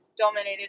dominated